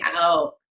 out